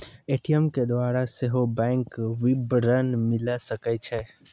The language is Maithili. ए.टी.एम के द्वारा सेहो बैंक विबरण मिले सकै छै